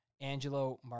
Angelo